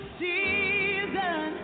season